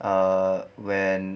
ah when